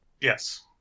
Yes